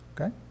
Okay